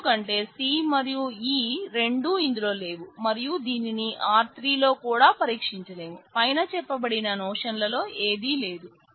ఎందుకంటే C మరియు E రెండు ఇందులో లేవు మరియు దీనిని R3 లో కూడా పరీక్షించలేం పైన చెప్పబడిన నోషన్లో ఏది లేదు